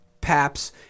paps